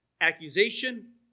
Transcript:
accusation